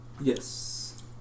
Yes